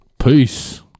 Peace